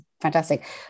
fantastic